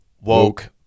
Woke